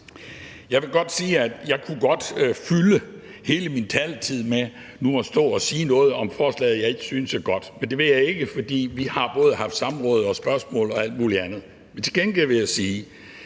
Jeg vil godt sige, at jeg kunne fylde hele min taletid med nu at stå og sige noget om et forslag, som jeg ikke synes er godt, men det vil jeg ikke, for vi har både haft samråd og spørgsmål og alt muligt andet. Men til gengæld vil jeg sige,